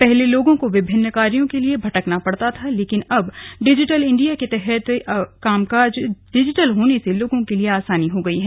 पहले लोगों को विभिन्न कार्यों के लिए भटकना पड़ता था लेकिन अब डिजिटल इंडिया के तहत अब कामकाज डिजिटल होने से लोगों के लिए आसानी हो गई है